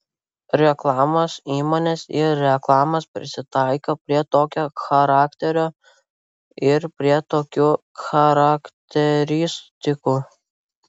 reklamos įmonės ir reklamos prisitaiko prie tokio charakterio ir prie tokių charakteristikų